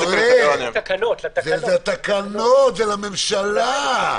זה לתקנות, זה לממשלה.